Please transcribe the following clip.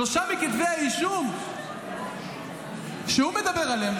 שלושה מכתבי האישום שהוא מדבר עליהם,